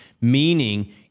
Meaning